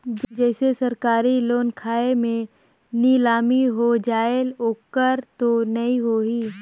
जैसे सरकारी लोन खाय मे नीलामी हो जायेल ओकर तो नइ होही?